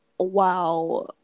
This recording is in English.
Wow